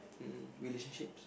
mm relationships